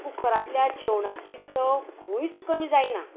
कुकरांतल्या जेवणाची चव खंयच कमी जायना